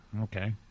Okay